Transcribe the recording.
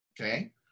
okay